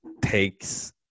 takes